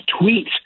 tweet